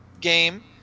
game